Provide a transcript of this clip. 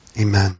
Amen